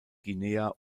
guinea